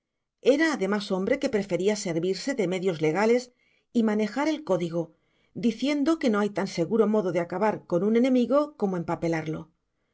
era además hombre que prefería servirse de medios legales y manejar el código diciendo que no hay tan seguro modo de acabar con un enemigo como empapelarlo